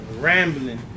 rambling